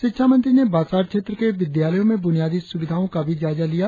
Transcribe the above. शिक्षा मंत्री ने बासार क्षेत्र के विद्यालयों में बुनियादी सुविधाओ का जायजा लिया